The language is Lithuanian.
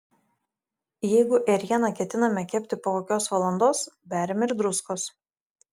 jeigu ėrieną ketiname kepti po kokios valandos beriame ir druskos